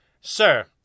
Sir